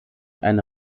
eine